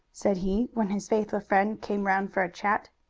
said he, when his faithful friend came round for a chat.